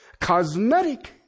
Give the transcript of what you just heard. Cosmetic